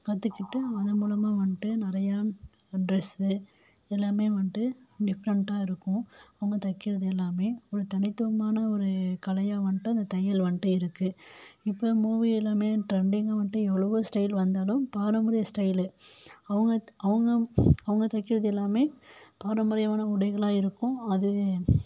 பார்த்துக்கிட்டு அதன் மூலமாக வந்துட்டு நிறையா டிரெஸு எல்லாம் வந்துட்டு டிஃப்ரெண்ட்டாக இருக்கும் அவங்க தைக்கிறது எல்லாம் ஒரு தனித்துவமான ஒரு கலையாக வந்துட்டு அந்த தையல் வந்துட்டு இருக்கு இப்போ மூவி எல்லாம் டிரெண்ட்டிங்காக வந்துட்டு எவ்வளவோ ஸ்டைல் வந்தாலும் பாரம்பரிய ஸ்டைலு அவங்க அவங்க அவங்க தைக்கிறது எல்லாம் பாரம்பரியமான உடைகளாக இருக்கும் அது